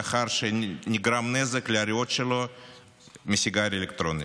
לאחר שנגרם נזק לריאות שלו מסיגריות אלקטרוניות.